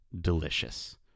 delicious